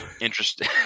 interesting